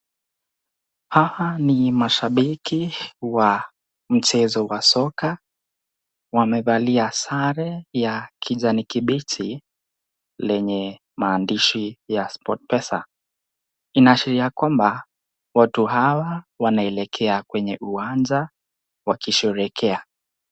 Hawa ni mashabiki wa mchezo wa soka, wamevalia sare ya kijani kibichi lenye maandishi ya Sports Pesa. Inaashiria kwamba watu hawa, wanaelekea kwenye uwanja wakisherehekea.